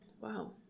wow